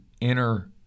inner